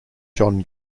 john